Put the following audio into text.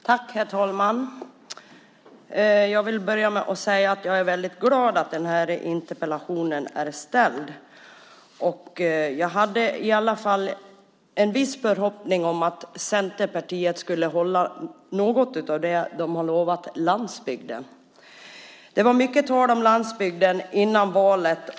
Herr talman! Jag vill börja med att säga att jag är väldigt glad att den här interpellationen är ställd. Jag hade i alla fall en viss förhoppning om att Centerpartiet skulle hålla något av det de har lovat landsbygden. Det var mycket tal om landsbygden före valet.